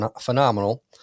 Phenomenal